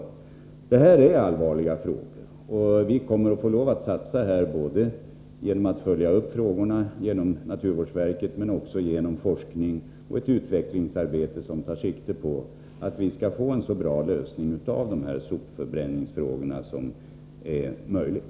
Det gäller här allvarliga frågor, och vi kommer att få lov att satsa i sammanhanget både genom att naturvårdsverket får följa upp dessa och genom att man får bedriva ett forskningsoch utvecklingsarbete, som tar sikte på att vi skall få en så bra lösning av sopförbränningsproblemen som möjligt.